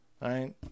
right